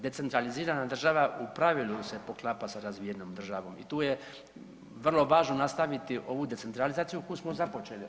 Decentralizirana država u pravilu se poklapa sa razvijenom državom i tu je vrlo važno nastaviti ovu decentralizaciju koju smo započeli.